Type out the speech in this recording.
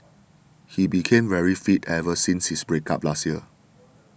he became very fit ever since his break up last year